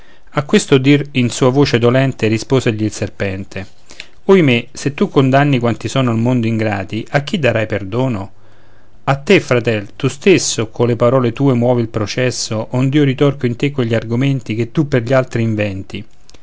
a questo dir in sua voce dolente risposegli il serpente ohimè se tu condanni quanti sono al mondo ingrati a chi darai perdono a te fratel tu stesso colle parole tue muovi il processo ond'io ritorco in te quegli argomenti che tu per gli altri inventi